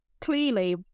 clearly